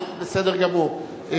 בסדר גמור.